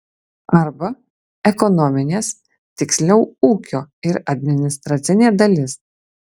arba ekonominės tiksliau ūkio ir administracinė dalis